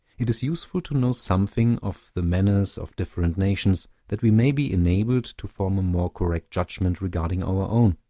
it is useful to know something of the manners of different nations, that we may be enabled to form a more correct judgment regarding our own,